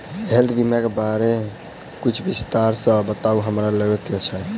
Health बीमा केँ बारे किछ विस्तार सऽ बताउ हमरा लेबऽ केँ छयः?